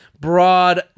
broad